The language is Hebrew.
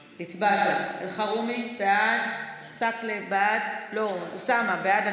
הצבעת, אלחרומי, בעד, עסאקלה, בעד, אוסאמה, בעד.